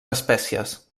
espècies